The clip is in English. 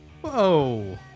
Whoa